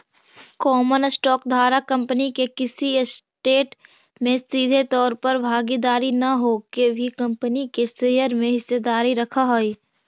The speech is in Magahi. कॉमन स्टॉक धारक कंपनी के किसी ऐसेट में सीधे तौर पर भागीदार न होके भी कंपनी के शेयर में हिस्सेदारी रखऽ हइ